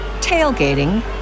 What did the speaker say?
tailgating